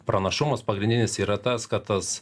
pranašumas pagrindinis yra tas kad tas